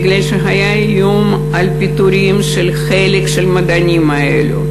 מפני שהיה איום של פיטורים על חלק מהמדענים האלה.